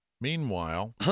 Meanwhile